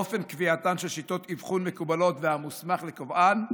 אופן קביעתן של שיטות אבחון מקובלות והמוסמך לקובען,